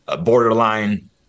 borderline